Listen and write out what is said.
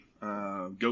Go